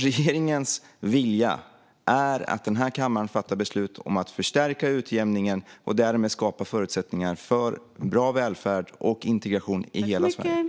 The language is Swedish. Regeringens vilja är alltså att denna kammare fattar beslut om att förstärka utjämningen och därmed skapar förutsättningar för bra välfärd och integration i hela Sverige.